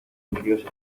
nervioso